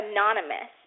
Anonymous